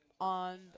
on